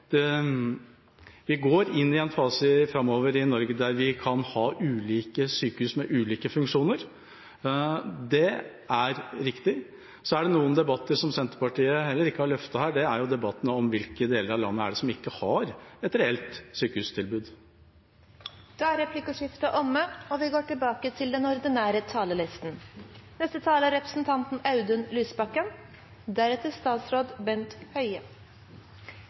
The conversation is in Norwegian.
Bollestad: Vi går inn i en fase i Norge framover der vi kan ha ulike sykehus med ulike funksjoner, det er riktig. Så er det noen debatter som Senterpartiet heller ikke har løftet her. Det er debattene om hvilke deler av landet som ikke har et reelt sykehustilbud. Replikkordskiftet er omme. Jeg hadde gleden av å besøke Lofoten mandag og